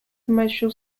commercial